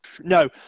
no